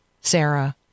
Sarah